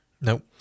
Nope